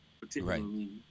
particularly